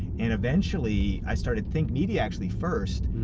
and eventually, i started think media, actually, first.